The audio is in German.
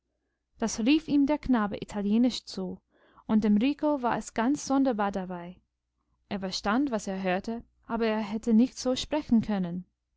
das rief ihm der knabe italienisch zu und dem rico war es ganz sonderbar dabei er verstand was er hörte aber er hätte nicht so sprechen können